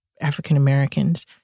African-Americans